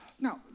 Now